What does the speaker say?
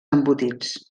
embotits